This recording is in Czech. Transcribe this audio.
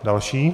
Další